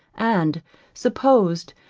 and supposed,